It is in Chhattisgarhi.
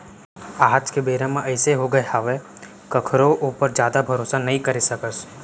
आज के बेरा म अइसे होगे हावय कखरो ऊपर जादा भरोसा नइ करे सकस